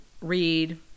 read